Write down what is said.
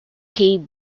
cave